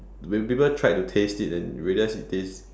when people tried to taste it and realise it taste